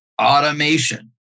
automation